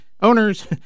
owners